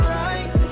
right